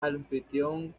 anfitrión